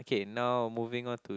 K now moving on to